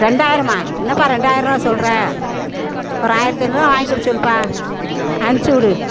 ரெண்டாயிரம்மா என்னப்பா ரெண்டாயிருவா சொல்கிற ஒரு ஆயிரத்தி ஐநூறுபா வாங்கிட சொல்லுப்பா அனுச்சிவுடு